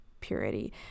purity